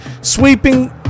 sweeping